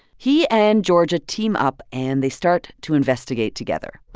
he and georgia team up, and they start to investigate together